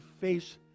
face